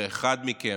ואחד מכם,